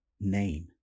name